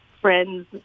friends